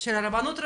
של רבנות ראשית,